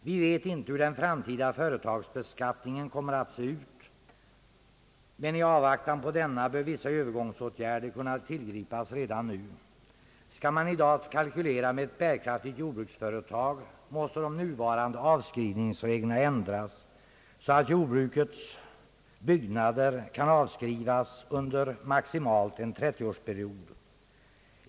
Vi vet inte hur den framtida företagsbeskattningen kommer att se ut, men i avvaktan på denna bör vissa övergångsåtgärder kunna tillgripas redan nu. Skall man i dag kalkylera med ett bärkraftigt jordbruksföretag, måste de nuvarande avskrivningsreglerna ändras, så att jordbrukets byggnader kan avskrivas under maximalt en 30-årsperiod.